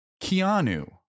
Keanu